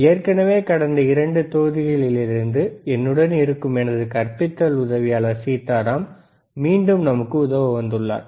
எனவே கடந்த 2 தொகுதிகளிலிருந்து என்னுடன் இருக்கும் எனது கற்பித்தல் உதவியாளர் சீதாராம் மீண்டும் நமக்கு உதவ வந்துள்ளார்